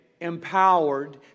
empowered